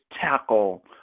tackle